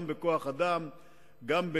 גם בכוח-אדם,